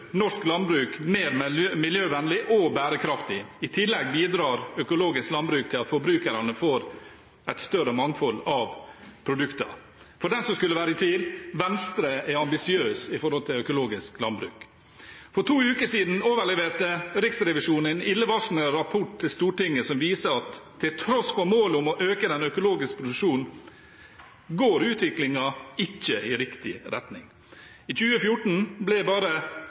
norsk landbruk mer miljøvennlig og bærekraftig. I tillegg bidrar økologisk landbruk til at forbrukerne får et større mangfold av produkter. For den som skulle være i tvil: Venstre er ambisiøse når det gjelder økologisk landbruk. For to uker siden overleverte Riksrevisjonen en illevarslende rapport til Stortinget som viser at til tross for målet om å øke den økologiske produksjonen går utviklingen ikke i riktig retning. I 2014 ble bare